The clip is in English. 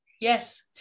yes